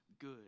good